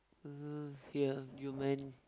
mmhmm ya human